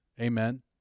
Amen